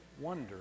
wonder